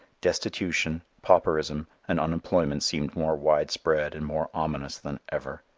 destitution, pauperism and unemployment seemed more widespread and more ominous than ever.